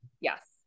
Yes